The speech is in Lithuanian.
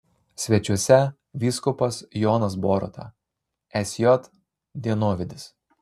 svečiuose vyskupas jonas boruta sj dienovidis